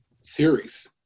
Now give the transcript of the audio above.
series